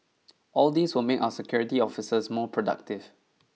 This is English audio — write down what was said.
all these will make our security officers more productive